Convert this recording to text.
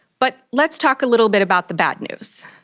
but let's talk a little bit about the bad news.